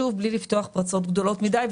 וזאת בלי לפתוח פרצות גדולות מדי.